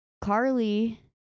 Carly